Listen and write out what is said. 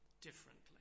differently